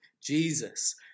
Jesus